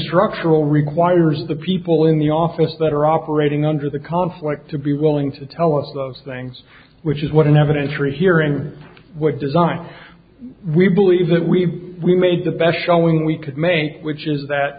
structural requires the people in the office that are operating under the conflict to be willing to tell us those things which is what evidence or hearing or what design we believe that we we made the best showing we could make which is that